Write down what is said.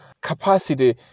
capacity